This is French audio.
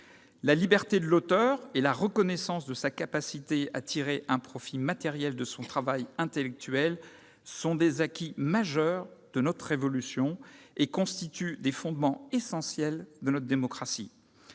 La liberté de l'auteur et la reconnaissance de sa capacité à tirer un profit matériel de son travail intellectuel sont des acquis majeurs de la Révolution et constituent des fondements essentiels de notre démocratie.